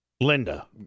Linda